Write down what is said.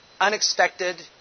unexpected